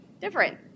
different